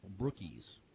Brookies